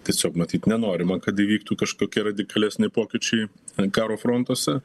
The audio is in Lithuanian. tiesiog matyt nenorima kad įvyktų kažkokie radikalesni pokyčiai karo frontuose